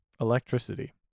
electricity